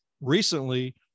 Recently